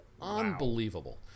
Unbelievable